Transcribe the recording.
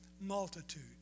multitude